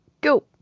Go